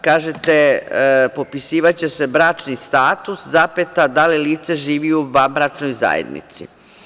Kažete – popisivaće se bračni status, da li lice živi u vanbračnoj zajednici.